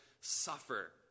suffer